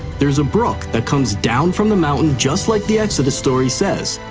there's a brook that comes down from the mountain just like the exodus story says.